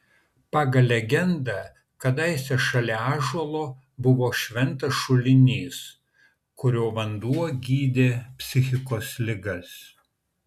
pagal legendą kadaise šalia ąžuolo buvo šventas šulinys kurio vanduo gydė psichikos ligas